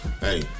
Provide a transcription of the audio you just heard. Hey